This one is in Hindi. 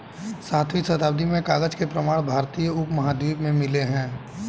सातवीं शताब्दी में कागज के प्रमाण भारतीय उपमहाद्वीप में मिले हैं